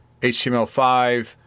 HTML5